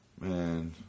Man